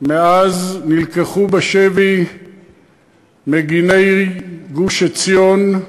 מאז נלקחו בשבי מגיני גוש-עציון,